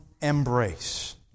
embrace